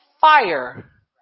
fire